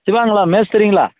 சிவாங்களா மேஸ்த்ரீங்களா